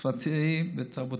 שפתי ותרבותי.